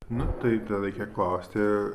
na tai tada reikia klausti